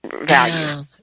value